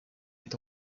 est